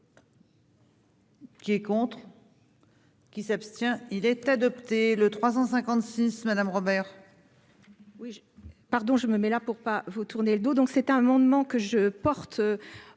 Qui est contre. Qui s'abstient, il est adopté, le 356 madame Robert.